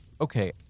okay